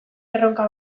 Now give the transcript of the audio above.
erronka